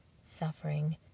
Suffering